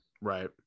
Right